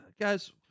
guys